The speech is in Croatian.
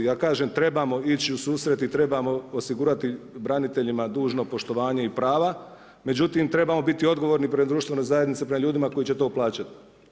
Ja kažem, trebamo ići u susret i trebamo osigurati braniteljima dužno poštovanje i prava, međutim trebamo biti odgovorni prema društvenoj zajednici, prema ljudima koji će to plaćati.